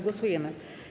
Głosujemy.